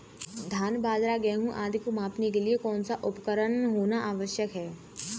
धान बाजरा गेहूँ आदि को मापने के लिए कौन सा उपकरण होना आवश्यक है?